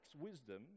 wisdom